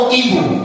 evil